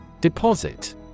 Deposit